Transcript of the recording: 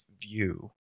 view